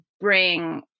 bring